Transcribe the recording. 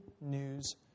news